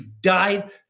died